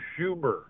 Schumer